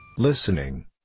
Listening